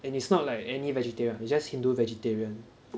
and it's not like any vegetarian it's just hindu vegetarian